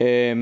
er